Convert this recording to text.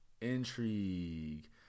Intrigue